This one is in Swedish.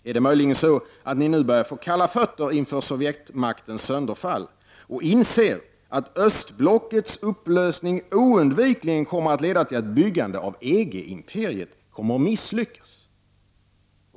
Är det möjligen så att ni nu börjar få kalla fötter inför Sovjetmaktens sönderfall och inser att östblockets upplösning oundvikligen kommer att leda till att byggandet av EG-imperiet kommer att misslyckas?